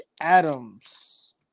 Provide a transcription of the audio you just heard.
Adams